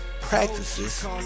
practices